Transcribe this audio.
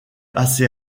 assez